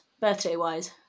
birthday-wise